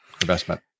investment